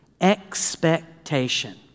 expectation